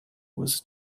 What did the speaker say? was